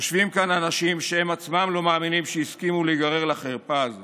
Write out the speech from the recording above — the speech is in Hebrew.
יושבים כאן אנשים שהם עצמם לא מאמינים שהסכימו להיגרר לחרפה הזאת.